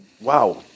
wow